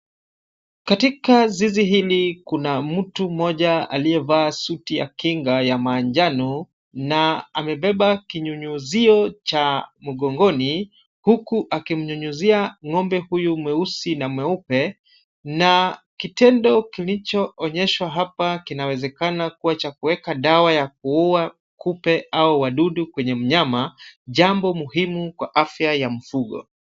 Katika zizi hili kuna mtu mmoja aliyevaa suti ya kinga ya manjano na amebeba kinyunyuzio cha mgongoni huku akimnyunyuzia ng'ombe huyu mweusi na mweupe na kitendo kilichoonyeshwa hapa kinawezekana kuwa cha kuweka dawa ya kuua kupe au wadudu kwenye mnyama, jambo muhimu kwa afya ya mfugo.